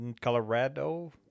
Colorado